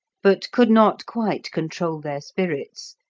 but could not quite control their spirits,